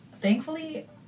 thankfully